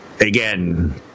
Again